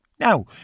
Now